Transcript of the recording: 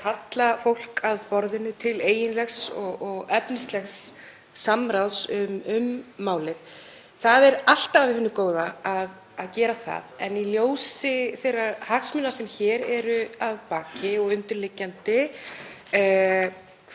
og kalla fólk að borðinu til eiginlegs og efnislegs samráðs. Það er alltaf af hinu góða að gera það, ekki síst í ljósi þeirra hagsmuna sem hér eru að baki og undirliggjandi,